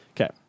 Okay